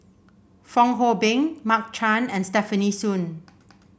Fong Hoe Beng Mark Chan and Stefanie Sun